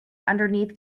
underneath